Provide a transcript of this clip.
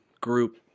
group